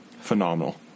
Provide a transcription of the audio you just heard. phenomenal